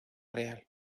real